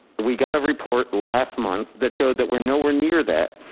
we got a report last month that showed that we're nowhere near that.